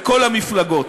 מכל המפלגות.